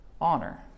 honor